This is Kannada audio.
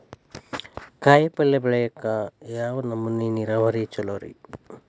ಕಾಯಿಪಲ್ಯ ಬೆಳಿಯಾಕ ಯಾವ್ ನಮೂನಿ ನೇರಾವರಿ ಛಲೋ ರಿ?